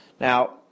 Now